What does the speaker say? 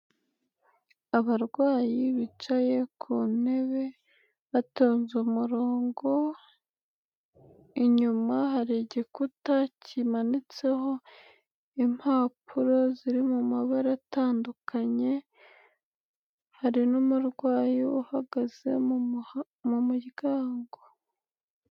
Abarwayi bicaye ku ntebe batonze umurongo, inyuma hari igikuta kimanitseho impapuro ziri mu mabara atandukanye hari n'umurwayi uhagaze mu muryango.